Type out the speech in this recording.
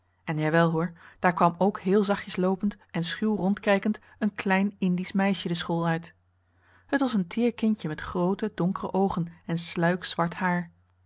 en jawel hoor daar kwam ook heel zachtjes loopend en schuw rondkijkend een klein indisch meisje de school uit het was een teer kindje met groote donkere oogen en sluik zwart haar